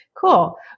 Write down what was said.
Cool